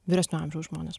vyresnio amžiaus žmones